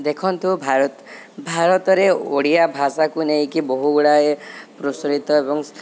ଦେଖନ୍ତୁ ଭାରତ ଭାରତରେ ଓଡ଼ିଆ ଭାଷାକୁ ନେଇକି ବହୁ ଗୁଡ଼ାଏ ପ୍ରଚଳିତ ଏବଂ